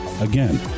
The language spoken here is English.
Again